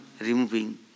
removing